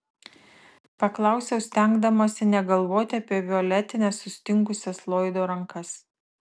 paklausiau stengdamasi negalvoti apie violetines sustingusias loydo rankas